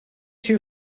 too